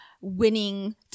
winning